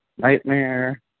Nightmare